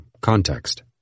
context